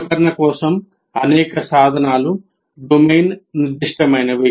అనుకరణ కోసం అనేక సాధనాలు డొమైన్ నిర్దిష్టమైనవి